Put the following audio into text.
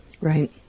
Right